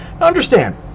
Understand